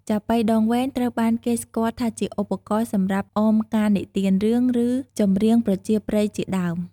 ចាប៉ីដងវែង ត្រូវបានគេស្គាល់ថាជាឧបករណ៍សម្រាប់អមការនិទានរឿង ឬចម្រៀងប្រជាប្រិយជាដើម។